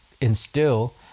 instill